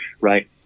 Right